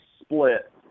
split